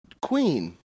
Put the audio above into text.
Queen